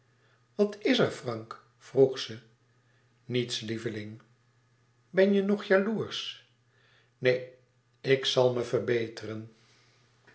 wat is er frank vroeg ze niets lieveling ben je nog jaloersch neen ik zal me verbeteren